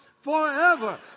forever